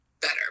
better